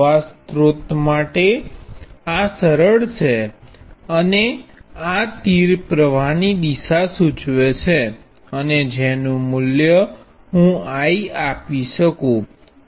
પ્ર્વાહ સ્રોત માટે આ સરળ છે અને આ તીર પ્રવાહ ની દિશા સૂચવે છે અને જેનું મૂલ્ય હુ I આપી શકું